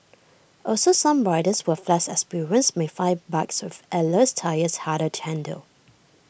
also some riders who have less experience may find bikes with airless tyres harder to handle